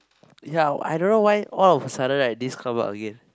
ya I don't know why all of a sudden right this come out again